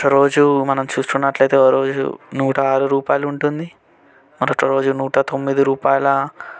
ఒకరోజు మనం చూస్తున్నట్లయితే ఒకరోజు నూట ఆరు రూపాయలు ఉంటుంది మరొక రోజు నూట తొమ్మిది రూపాయల